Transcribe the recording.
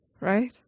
right